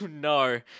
no